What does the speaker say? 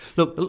Look